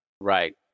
Right